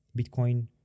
Bitcoin